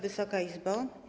Wysoka Izbo!